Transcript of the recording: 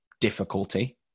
difficulty